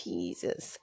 Jesus